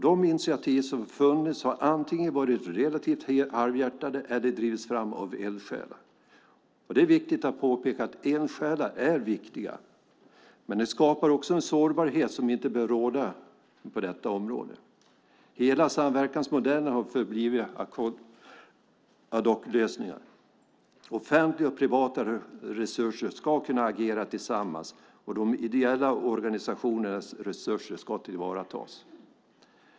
De initiativ som har funnits har antingen varit halvhjärtade eller drivits fram av eldsjälar. Eldsjälar är viktiga, men det skapar en sårbarhet som inte bör råda på detta område. Hela samverkansmodellen har förblivit ad hoc-lösningar. Offentliga och privata resurser ska kunna agera tillsammans, och de ideella organisationernas resurser ska tillvaratas.